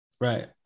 Right